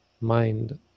mind